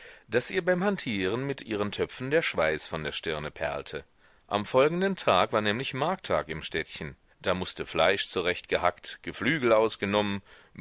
daß ihr beim hantieren mit ihren töpfen der schweiß von der stirne perlte am folgenden tag war nämlich markttag im städtchen da mußte fleisch zurechtgehackt geflügel ausgenommen